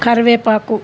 కరివేపాకు